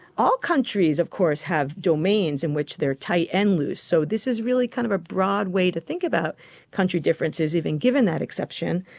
all countries of course have domains in which they are tight and loose, so this is really kind of a broad way to think about country differences even given that exception.